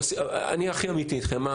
אני אהיה הכי אמיתי אתכם.